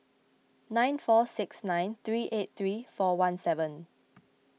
nine four six nine three eight three four one seven